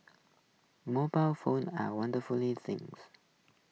mobile phones are wonderful things